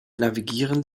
navigieren